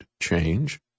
change